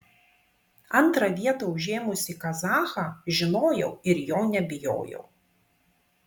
antrą vietą užėmusį kazachą žinojau ir jo nebijojau